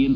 N